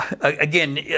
Again